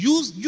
Use